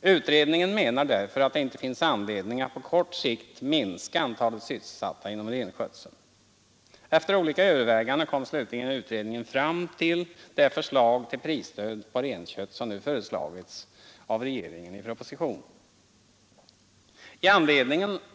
Utredningen menar därför att det inte finns anledning på kort sikt minska antalet sysselsatta inom renskötseln. Efter olika överväganden kommer slutligen utredningen fram till det förslag till prisstöd för renkött som nu föreslagits av regeringen i propositionen.